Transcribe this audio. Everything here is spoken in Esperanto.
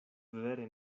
vere